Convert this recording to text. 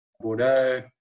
Bordeaux